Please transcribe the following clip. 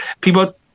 people